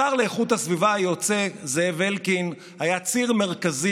השר להגנת הסביבה היוצא זאב אלקין היה ציר מרכזי